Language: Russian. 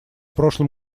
прошлом